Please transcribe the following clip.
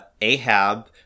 Ahab